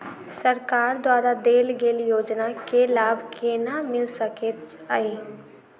सरकार द्वारा देल गेल योजना केँ लाभ केना मिल सकेंत अई?